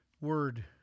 word